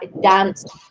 dance